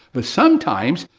but sometimes,